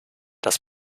das